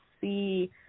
see